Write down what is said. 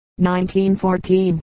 1914